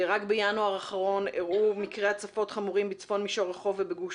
רק בינואר האחרון אירעו מקרי הצפות חמורים בצפון מישור החוף ובגוש